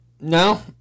No